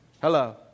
Hello